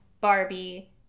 Barbie